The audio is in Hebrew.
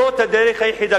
זאת הדרך היחידה,